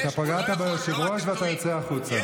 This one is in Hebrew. אתה פגעת ביושב-ראש, אתה יוצא החוצה.